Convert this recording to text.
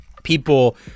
people